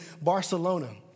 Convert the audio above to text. barcelona